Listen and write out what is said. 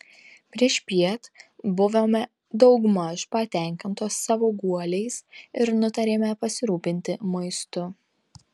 priešpiet buvome daugmaž patenkintos savo guoliais ir nutarėme pasirūpinti maistu